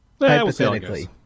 Hypothetically